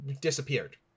disappeared